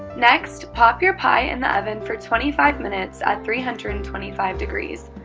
next, pop your pie in the oven for twenty five minutes at three hundred and twenty five degrees.